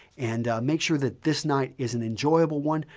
and make sure that this night is an enjoyable one,